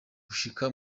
gushika